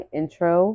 intro